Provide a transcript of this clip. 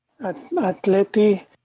Atleti